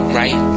right